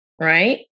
right